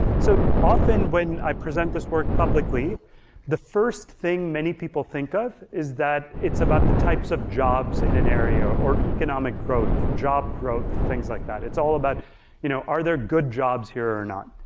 so often when i present this work publicly the first thing many people think of is that it's about the types of jobs in an area or economic growth, job growth things like that. it's all about you know are there good jobs here or not?